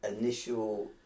Initial